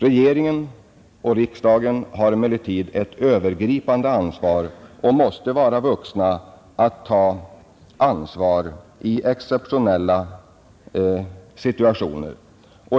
Regering och riksdag har emellertid ett övergripande ansvar och måste vara vuxna att ta ansvar i exceptionella situationer.